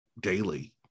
daily